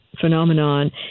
phenomenon